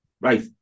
Right